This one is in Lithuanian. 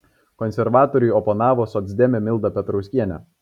konservatoriui oponavo socdemė milda petrauskienė